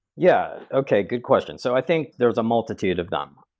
yeah. okay, good question. so i think there's a multitude of them.